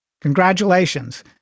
Congratulations